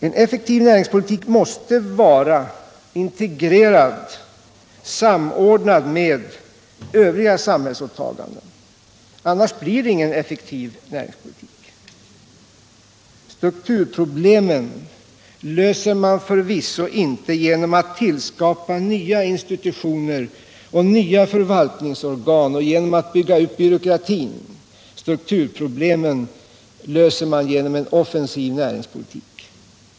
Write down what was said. En effektiv näringspolitik måste vara integrerad med övriga samhällsåtaganden, annars blir det ingen effektiv näringspolitik. Strukturproblemen löser man genom cen offensiv näringspolitik.